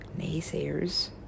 Naysayers